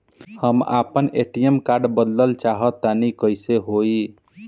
हम आपन ATM card बदलल चाह तनि कइसे होई?